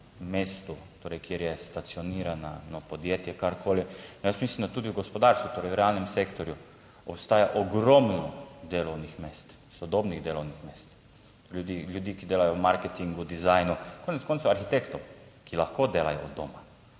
torej, kjer je stacionirano podjetje, karkoli. In jaz mislim, da tudi v gospodarstvu, torej v realnem sektorju obstaja ogromno delovnih mest, sodobnih delovnih mest, ljudi, ljudi, ki delajo v marketingu, dizajnu, konec koncev arhitektov, ki lahko delajo od doma.